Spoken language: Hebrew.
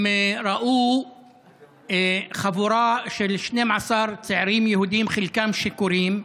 הם ראו חבורה של 12 צעירים יהודים, חלקם שיכורים,